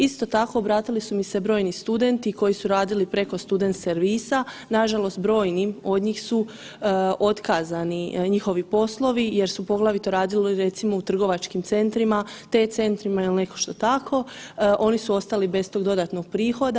Isto tako obratili su mi se brojni studenti koji su radili preko student servisa, nažalost brojnim od njih su otkazani njihovi poslovi jer su poglavito radili recimo u trgovačkim centrima, T-centrima ili nešto tako, oni su ostali bez tog dodatnog prihoda.